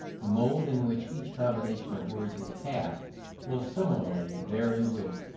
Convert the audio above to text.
the mould in which each combination of words is cast will similarly vary with,